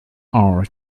our